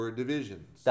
divisions